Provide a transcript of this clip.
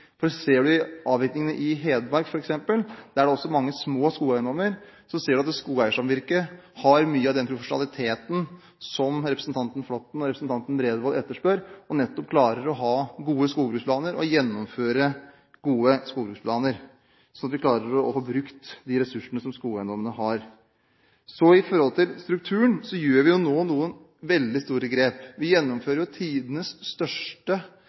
avvirkning. Ser man på avvirkningene i Hedmark, f.eks., der det også er mange små skogeiendommer, ser man at skogeiersamvirket har mye av den profesjonaliteten som representanten Flåtten og representanten Bredvold etterspør, og nettopp klarer å ha gode skogbruksplaner og å gjennomføre gode skogbruksplaner, slik at de får brukt de ressursene som skogeiendommene har. Når det gjelder strukturen, gjør vi nå noen veldig store grep. Vi gjennomfører tidenes største